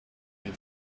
made